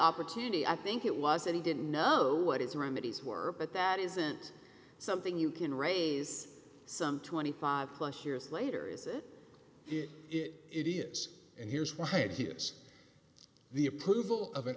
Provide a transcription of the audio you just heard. opportunity i think it was that he didn't know what his remedies were but that isn't something you can raise some twenty five plus years later is it is it is and here's why here's the approval of